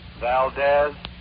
Valdez